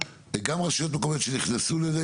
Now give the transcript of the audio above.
גם רשויות מקומיות שנכנסו לזה,